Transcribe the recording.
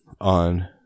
on